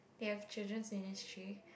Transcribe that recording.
they have children in history